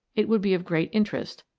it would be of great interest,